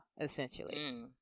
essentially